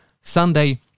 Sunday